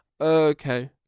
Okay